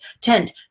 tent